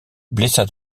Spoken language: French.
blessa